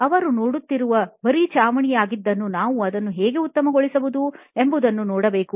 ಅವರು ನೋಡುತ್ತಿರುವ ಬರಿ ಚಾವಣಿಯಾಗಿರುವುದ್ದನ್ನು ನಾವು ಅದನ್ನು ಹೇಗೆ ಉತ್ತಮಗೊಳಿಸಬಹುದು ಎಂಬುದನ್ನು ನೋಡಬೇಕು